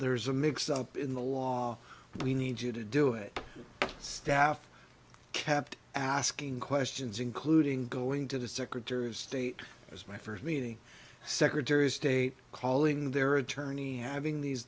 there's a mix up in the law we need you to do it staff kept asking questions including going to the secretary of state as my first meeting secretary of state calling their attorney having these